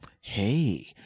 hey